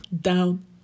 down